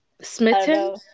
Smitten